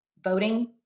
voting